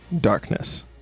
darkness